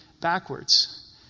backwards